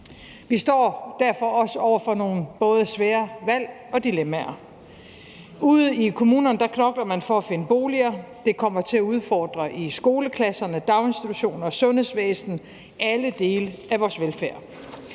Vi står derfor også over for nogle både svære valg og dilemmaer. Ude i kommunerne knokler man for at finde boliger. Det kommer til at udfordre i skoleklasser, daginstitutioner, sundhedsvæsen, alle dele af vores velfærd.